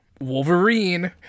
Wolverine